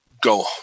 go